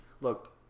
look